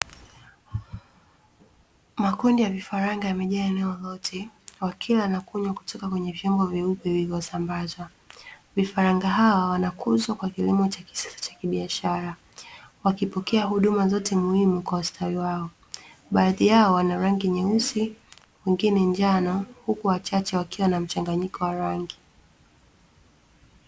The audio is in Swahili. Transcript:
Makundi ya vifaranga yamejaa eneo lote, wakila na kunywa kutoka kwenye vyombo vilivyosambazwa. Vifaranga hawa wanakuzwa kwa kilimo cha kisasa cha kibiashara, wakipokea huduma zote muhimu kwa ustawi wao. Baadhi yao wana rangi nyeusi, wengine njano huku wachache wakiwa na mchanganyiko wa rangi.